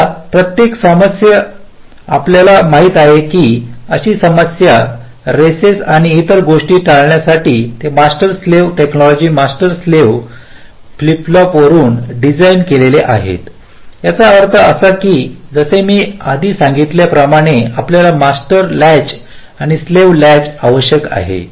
आता प्रत्येक समस्या आपल्याला माहित आहे की काही समस्या रेसिस आणि इतर गोष्टी टाळण्यासाठी ते master slave technology master slave flip flop वापरून डिझाइन केलेले आहेत याचा अर्थ असा आहे की जसे मी आधी सांगितल्या प्रमाणे आपल्याला मास्टर लॅच आणि स्लेव्ह लॅच आवश्यक आहे